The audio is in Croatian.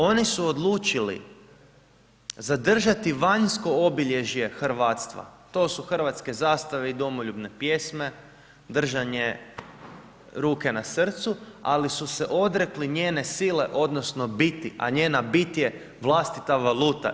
Oni su odlučili zadržati vanjsko obilježje hrvatstva, to su hrvatske zastave i domoljubne pjesme, držanje ruke na srcu ali su se odrekli njene sile, odnosno biti, a njena bit je vlastita valuta.